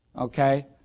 Okay